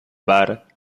bar